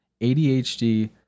ADHD